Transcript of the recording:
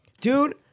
dude